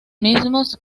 mismos